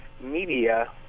media